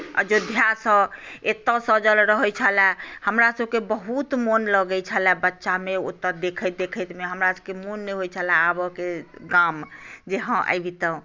अयोध्यासँ एतय सजल रहैत छलए हमरासभकेँ बहुत मोन लगैत छलए बच्चामे ओतय देखैत देखैतमे हमरासभकेँ मोन नहि होइत छलए आबयके गाम जे हँ अबितहुँ